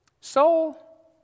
Soul